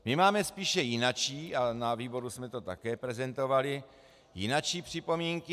My máme spíše jinačí, a na výboru jsme to také prezentovali, jinačí připomínky.